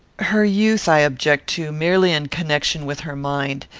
her youth i object to, merely in connection with her mind.